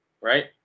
right